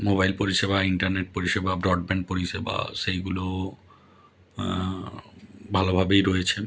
mobile পরিষেবা internet পরিষেবা broadband পরিষেবা সেইগুলো ভালোভাবেই রয়েছে